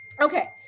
Okay